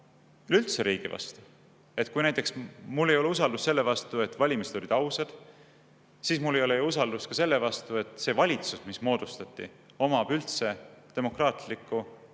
üleüldse riigi vastu. Kui näiteks mul ei ole usaldust selle vastu, et valimised olid ausad, siis mul ei ole ju usaldust ka selle vastu, et sellel valitsusel, mis moodustati, on üldse demokraatlik